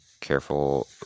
careful